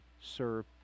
serve